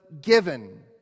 given